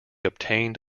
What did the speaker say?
obtained